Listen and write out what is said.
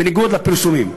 בניגוד לפרסומים.